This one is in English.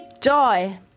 joy